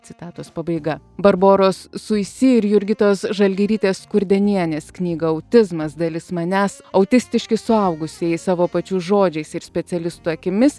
citatos pabaiga barboros suisi ir jurgitos žalgirytės skurdenienės knygą autizmas dalis manęs autistiški suaugusieji savo pačių žodžiais ir specialistų akimis